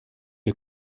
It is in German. der